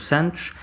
Santos